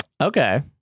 Okay